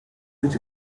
which